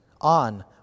on